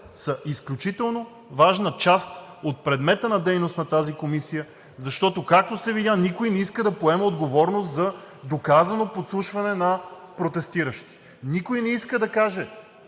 са изключително важна част от предмета на дейност на тази комисия, защото, както се видя, никой не иска да поеме отговорност за доказано подслушване на протестиращи. Никой не иска да каже